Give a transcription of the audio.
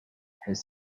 has